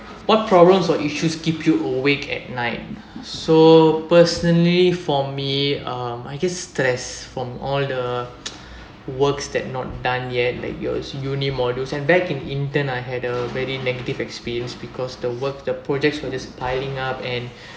what problems or issues keep you awake at night so personally for me um I get stressed from all the works that not done yet like yours uni modules and back in intern I had a very negative experience because the work the projects will just piling up and